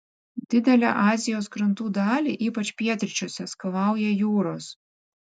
didelę azijos krantų dalį ypač pietryčiuose skalauja jūros